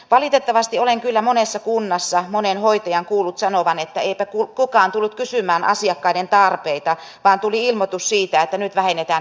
valitettavasti olen kyllä monessa kunnassa monen hoitajan kuullut sanovan että eipä kukaan tullut kysymään asiakkaiden tarpeita vaan tuli ilmoitus siitä että nyt vähennetään henkilökuntaa